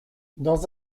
dans